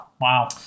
Wow